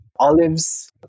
Olives